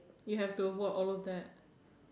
you have to walk all of that